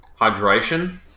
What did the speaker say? hydration